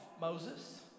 Moses